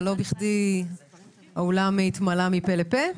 ולא בכדי האולם התמלא מפה לפה.